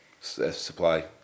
Supply